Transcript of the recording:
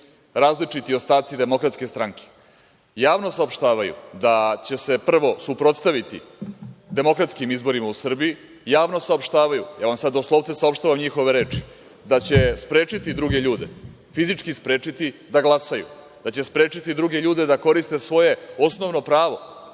različiti ostaci DS, javno saopštavaju da će se prvo suprotstaviti demokratskim izborima u Srbiji, javno saopštavaju, ja vam sad doslovce saopštavam njihove reči, da će sprečiti druge ljude, fizički sprečiti da glasaju, da će sprečiti druge ljude da koriste svoje osnovno pravo